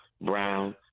Brown